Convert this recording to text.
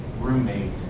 roommate